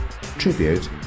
Tribute